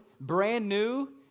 brand-new